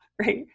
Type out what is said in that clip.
Right